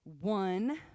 one